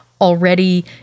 already